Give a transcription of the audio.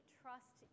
trust